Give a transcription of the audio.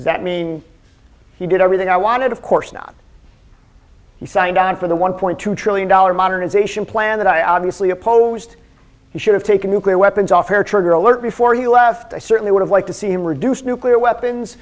that means he did everything i wanted of course not he signed on for the one point two trillion dollar modernization plan that i obviously opposed he should have taken nuclear weapons off hair trigger alert before he left i certainly would have liked to see him reduce nuclear weapons